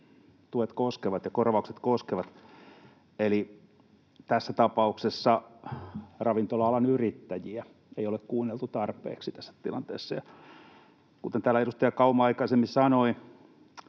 tuet koskevat ja korvaukset koskevat, eli tässä tapauksessa ravintola-alan yrittäjiä ei ole kuunneltu tarpeeksi tässä tilanteessa. Kuten täällä edustaja Kauma aikaisemmin sanoi,